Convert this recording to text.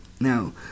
Now